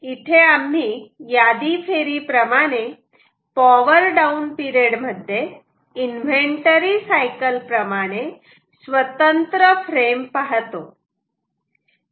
तर इथे आम्ही यादी फेरी प्रमाणे पॉवर डाऊन पिरेड मध्ये इन्व्हेंटरी सायकल प्रमाणे स्वतंत्र फ्रेम पाहतो